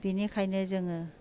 बेनिखायनो जोङो